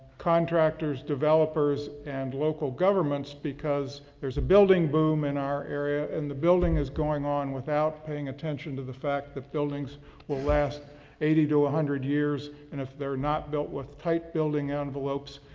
contractors, developers and local governments because there's a building boom in our area in the building is going on without paying attention to the fact that buildings will last eighty to one ah hundred years. and if they're not built with tight building envelopes,